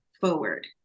forward